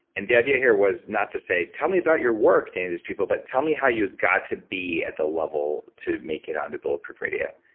and the idea here was not to say, tell me about your work, to any of these people but tell me how you got to be at the level to make it on to bulletproof radio.